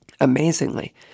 Amazingly